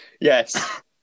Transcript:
Yes